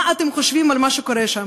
מה אתם חושבים על מה שקורה שם.